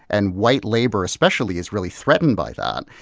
and white labor, especially, is really threatened by that.